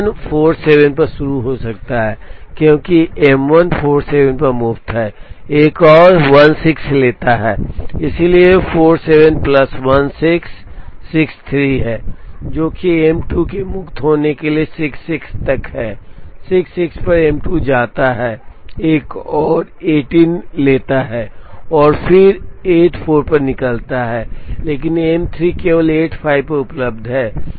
J1 47 पर शुरू हो सकता है क्योंकि M1 47 पर मुफ़्त है एक और 16 लेता है इसलिए 47 प्लस 16 63 है जो कि M2 के मुक्त होने के लिए 66 तक है 66 पर M2 जाता है एक और 18 लेता है और फिर 84 पर निकलता है लेकिन M3 केवल 85 पर उपलब्ध है